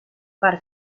per